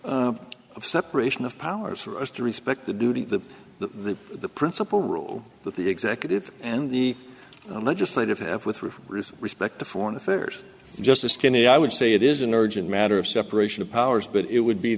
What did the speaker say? of separation of powers for us to respect the duty to the principle role that the executive and the legislative have with respect to foreign affairs just a skinny i would say it is an urgent matter of separation of powers but it would be